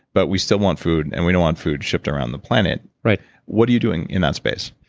but we still want food and we don't want food shipped around the planet right what are you doing in that space?